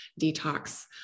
detox